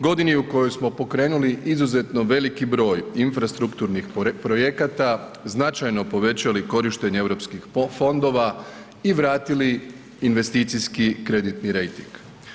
Godini u kojoj smo pokrenuli izuzetni veliki broj infrastrukturnih projekata, značajno povećali korištenje europskih fondova i vratili investicijski kreditni rejting.